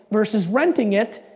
versus renting it,